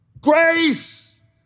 Grace